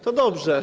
To dobrze.